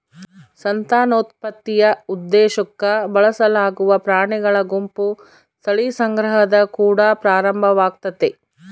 ಸಂತಾನೋತ್ಪತ್ತಿಯ ಉದ್ದೇಶುಕ್ಕ ಬಳಸಲಾಗುವ ಪ್ರಾಣಿಗಳ ಗುಂಪು ತಳಿ ಸಂಗ್ರಹದ ಕುಡ ಪ್ರಾರಂಭವಾಗ್ತತೆ